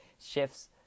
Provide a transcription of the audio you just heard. shifts